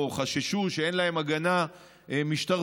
או חששו שאין להם הגנה משטרתית,